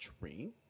drink